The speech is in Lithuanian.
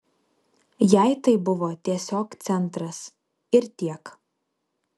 jai tai buvo tiesiog centras ir tiek